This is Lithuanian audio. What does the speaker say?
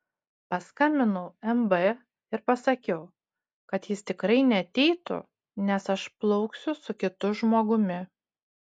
paskambinau mb ir pasakiau kad jis tikrai neateitų nes aš plauksiu su kitu žmogumi